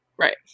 Right